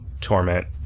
Torment